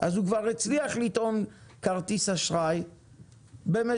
אז הוא כבר הצליח לטעון כרטיס אשראי במזומן,